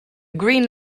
green